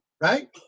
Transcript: right